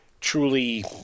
truly